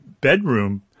bedroom